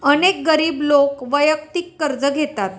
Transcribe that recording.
अनेक गरीब लोक वैयक्तिक कर्ज घेतात